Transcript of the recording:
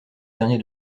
dernier